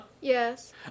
Yes